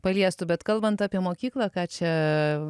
paliestų bet kalbant apie mokyklą ką čia